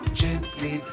gently